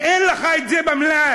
ואין לך את זה במלאי.